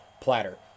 Platter